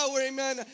amen